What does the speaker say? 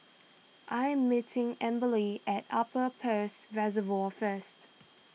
I am meeting Amberly at Upper Peirce Reservoir first